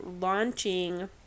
launching